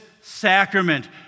sacrament